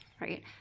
right